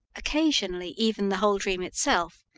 occasionally even the whole dream itself,